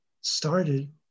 started